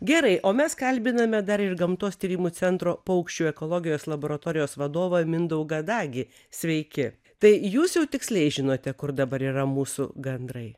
gerai o mes kalbiname dar ir gamtos tyrimų centro paukščių ekologijos laboratorijos vadovą mindaugą dagį sveiki tai jūs jau tiksliai žinote kur dabar yra mūsų gandrai